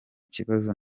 kibazo